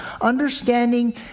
understanding